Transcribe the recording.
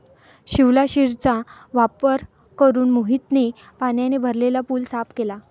शिवलाशिरचा वापर करून मोहितने पाण्याने भरलेला पूल साफ केला